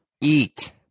eat